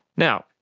now.